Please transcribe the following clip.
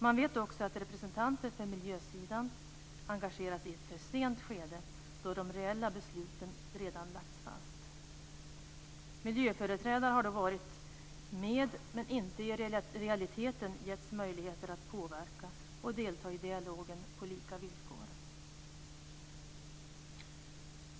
Man vet också att representanter för miljösidan engageras i ett för sent skede då de reella besluten redan lagts fast. Miljöföreträdare har varit med men inte i realiteten getts möjligheter att påverka och delta i dialogen på lika villkor.